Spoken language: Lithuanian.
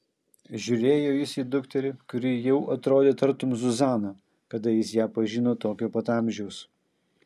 žiūrėjo jis į dukterį kuri jau atrodė tartum zuzana kada jis ją pažino tokio pat amžiaus